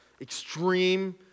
extreme